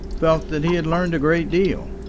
felt that he had learned a great deal.